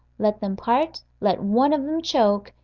let them part, let one of them choke,